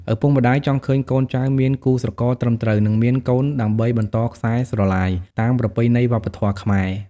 ឪពុកម្ដាយចង់ឃើញកូនចៅមានគូស្រករត្រឹមត្រូវ និងមានកូនដើម្បីបន្តខ្សែស្រឡាយ តាមប្រពៃណីវប្បធម៌ខ្មែរ។